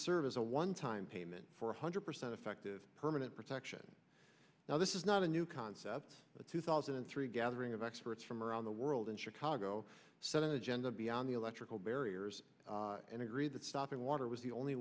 serve as a one time payment for one hundred percent effective permanent protection now this is not a new concept the two thousand and three gathering of experts from around the world in chicago set an agenda beyond the electrical barriers and agreed that stopping water was the only